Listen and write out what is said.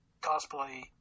cosplay